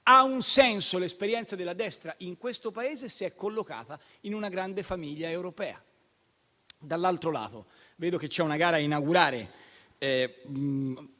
Ha un senso l'esperienza della destra in questo Paese se è collocata in una grande famiglia europea. Dall'altro lato, vedo che c'è una gara a inaugurare